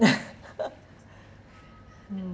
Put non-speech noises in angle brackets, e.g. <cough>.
<laughs> <breath> mm